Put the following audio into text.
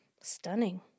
stunning